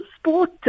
sport